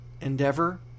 endeavor